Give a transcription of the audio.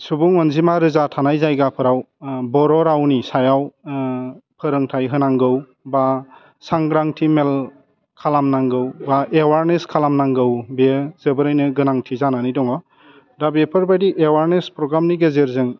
सुबुं अनजिमा रोजा थानाय जायगाफ्राव बर' रावनि सायाव फोरोंथाइ होनांगौ बा सांग्रांथि मेल खालामनांगौ बा एवारनेस खालामनांगौ बे जोबोरैनो गोनांथि जानानै दङ दा बेफोरबायदि एवारनेस प्रग्रामनि गेजेरजों